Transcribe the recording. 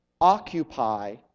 occupy